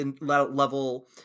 level